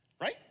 right